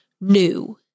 new